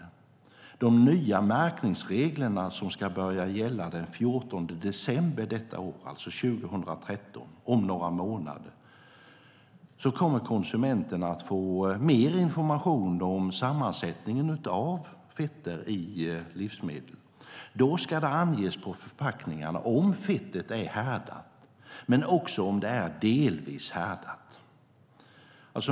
Med de nya märkningsregler som ska börja gälla den 14 december detta år, om några månader, kommer konsumenterna att få mer information om sammansättningen av fetter i livsmedel. Då ska det anges på förpackningarna om fettet är härdat men också om det är delvis härdat.